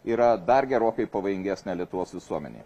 yra dar gerokai pavojingesnė lietuvos visuomenėje